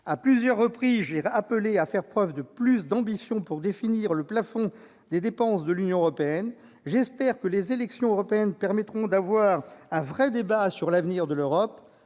À plusieurs reprises, j'ai appelé à faire preuve de plus d'ambition dans la définition du plafond de dépenses de l'Union européenne. J'espère que les élections européennes permettront d'avoir un véritable débat sur l'avenir de l'Europe.